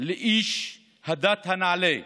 לאיש הדת הנעלה,